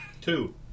Two